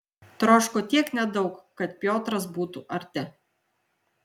troško tiek nedaug kad piotras būtų arti